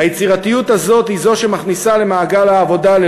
היצירתיות הזאת היא שמכניסה למעגל העבודה,